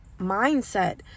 mindset